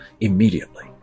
immediately